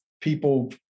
people